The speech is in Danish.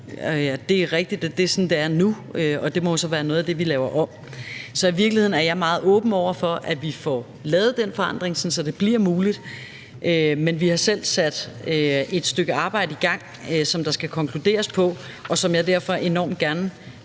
Det er rigtigt, at det er sådan, det er nu, og det må så være noget af det, vi laver om. I virkeligheden er jeg meget åben over for, at vi får lavet den forandring, så det bliver muligt, men vi har selv sat et arbejde i gang, som der skal konkluderes på, og som jeg derfor enormt gerne vil